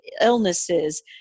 illnesses